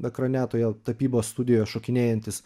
ekrane toje tapybos studijoje šokinėjantys